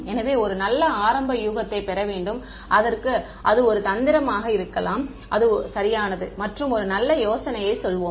எனவே ஒரு நல்ல ஆரம்ப யூகத்தைப் பெற வேண்டும் அதற்க்கு அது ஒரு தந்திரமாக இருக்கலாம் அது சரியானது மற்றும் ஒரு நல்ல யோசனையைச் சொல்வோம்